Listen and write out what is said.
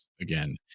again